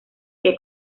que